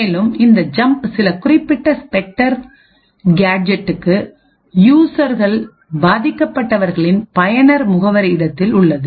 மேலும் இந்த ஜம்ப் சில குறிப்பிட்ட ஸ்பெக்டர் கேஜெட்டுக்கு யூசர்கள் பாதிக்கப்பட்டவர்களில் பயனர் முகவரி இடத்தில் உள்ளது